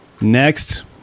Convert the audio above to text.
next